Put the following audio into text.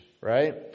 right